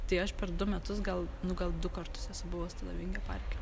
tai aš per du metus gal nu gal du kartus esu buvus tada vingio parke